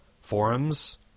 forums